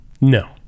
No